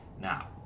Now